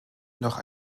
noch